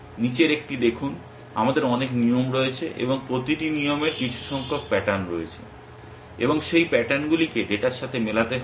নিচের একটি দেখুন আমাদের অনেক নিয়ম রয়েছে এবং প্রতিটি নিয়মের কিছু সংখ্যক প্যাটার্ন রয়েছে এবং সেই প্যাটার্নগুলিকে ডেটার সাথে মেলাতে হবে